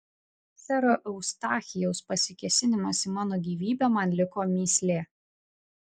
sero eustachijaus pasikėsinimas į mano gyvybę man liko mįslė